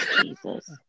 Jesus